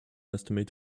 estimate